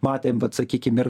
matėm vat sakykim ir